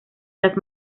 las